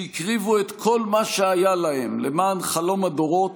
שהקריבו את כל מה שהיה להם למען חלום הדורות,